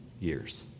years